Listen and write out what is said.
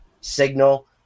Signal